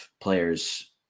players –